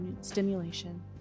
stimulation